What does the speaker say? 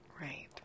Right